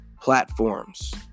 platforms